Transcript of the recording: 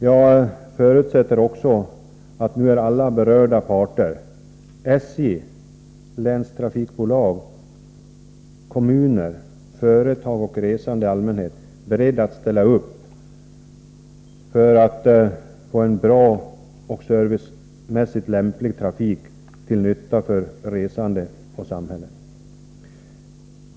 Jag förutsätter också att alla berörda parter — SJ, länstrafikbolag, kommuner, företag och resande allmänhet — nu är beredda att ställa upp för att få en bra och servicemässigt lämplig trafik till nytta för resande och samhälle.